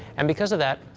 and because of that,